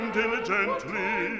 diligently